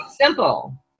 simple